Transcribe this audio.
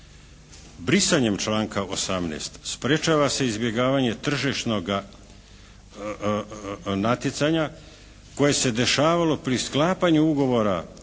Brisanjem članka 18. sprečava se izbjegavanje tržišnoga natjecanja koje se dešavalo pri sklapanju ugovora